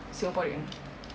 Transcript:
singaporean